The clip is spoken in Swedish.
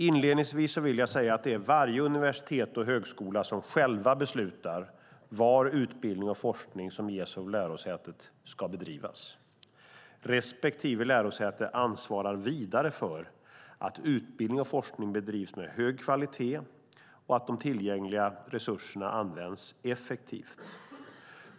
Inledningsvis vill jag säga att det är varje universitet och högskola som själva beslutar var utbildning och forskning som ges av lärosätet ska bedrivas. Respektive lärosäte ansvarar vidare för att utbildning och forskning bedrivs med hög kvalitet och att de tillgängliga resurserna används effektivt.